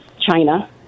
China